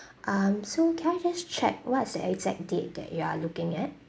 um so can I just check what's the exact date that you are looking at